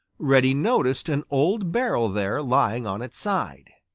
reddy noticed an old barrel there lying on its side.